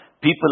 People